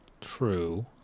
True